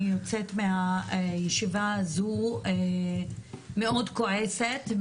אני יוצאת מהישיבה הזו מאוד כועסת,